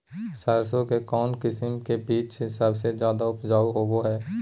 सरसों के कौन किस्म के बीच सबसे ज्यादा उपजाऊ होबो हय?